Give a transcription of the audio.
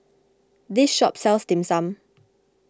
this shop sells Dim Sum